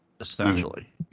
Essentially